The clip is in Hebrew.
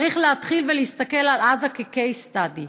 צריך להתחיל ולהסתכל על עזה כ-case study.